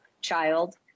child